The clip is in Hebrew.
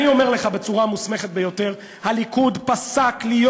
אני אומר לך בצורה המוסמכת ביותר: הליכוד פסק להיות